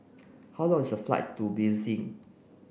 how long is a flight to Belize